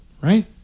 right